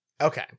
Okay